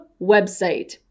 website